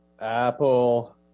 Apple